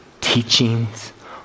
teachings